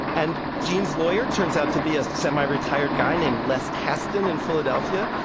and gene's lawyer turns out to be a semiretired guy named les kasten in philadelphia.